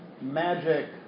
magic